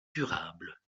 durable